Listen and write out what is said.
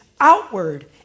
outward